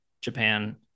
Japan